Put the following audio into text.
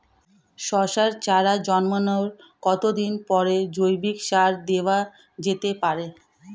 শশার চারা জন্মানোর কতদিন পরে জৈবিক সার দেওয়া যেতে পারে?